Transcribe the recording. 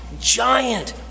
giant